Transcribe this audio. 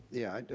yeah,